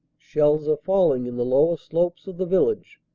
shells are falling in the lower slopes of the village.